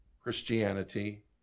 Christianity